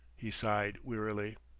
he sighed wearily.